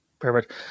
Perfect